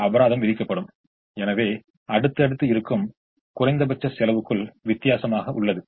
இந்த அபராதம் விதிக்கப்படும் எனவே அடுத்து அடுத்து இருக்கும் குறைந்தபட்ச செலவுக்குள் வித்தியாசம் உள்ளது